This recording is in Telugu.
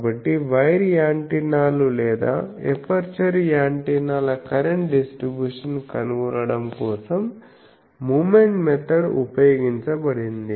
కాబట్టి వైర్ యాంటెన్నాలు లేదా ఎపర్చరు యాంటెన్నాల కరెంట్ డిస్ట్రిబ్యూషన్ కనుగొనడం కోసం మూమెంట్ మెథడ్ ఉపయోగించబడింది